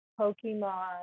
Pokemon